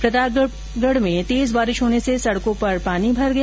प्रतापगढ में तेज बारिश होने से सडको पर पानी भर गया